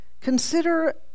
consider